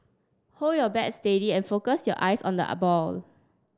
hold your bat steady and focus your eyes on the are balls